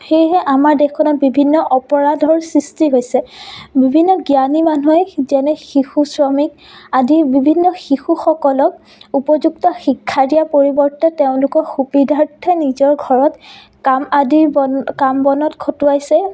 সেয়েহে আমাৰ দেশখনত বিভিন্ন অপৰাধৰ সৃষ্টি হৈছে বিভিন্ন জ্ঞানী মানুহে যেনে শিশু শ্ৰমিক আদি বিভিন্ন শিশুসকলক উপযুক্ত শিক্ষা দিয়াৰ পৰিৱৰ্তে তেওঁলোকৰ সুবিধাৰ্থে নিজৰ ঘৰত কাম আদি বন কাম বনত খটুৱাইছে